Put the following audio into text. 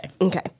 Okay